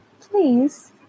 please